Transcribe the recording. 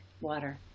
Water